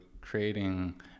creating